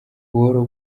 buhoro